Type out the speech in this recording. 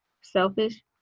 selfish